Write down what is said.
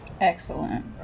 Excellent